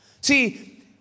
See